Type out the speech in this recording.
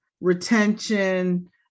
retention